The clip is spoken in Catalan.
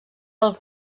del